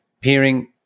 peering